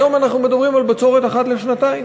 היום אנחנו מדברים על בצורת אחת לשנתיים.